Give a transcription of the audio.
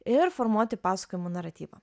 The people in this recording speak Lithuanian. ir formuoti pasakojimų naratyvą